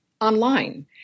online